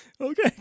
Okay